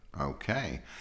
Okay